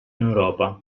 europa